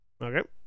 okay